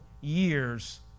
years